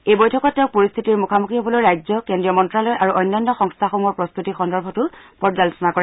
এই বৈঠকত তেওঁ পৰিস্থিতিৰ মুখামুখি হ'বলৈ ৰাজ্য কেন্দ্ৰীয় মন্ত্যালয় আৰু অন্যান্য সংস্থাসমূহৰ প্ৰস্ত্তি সন্দৰ্ভতো পৰ্যালোচনা কৰে